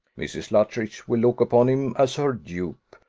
mrs. luttridge will look upon him as her dupe,